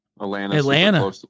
Atlanta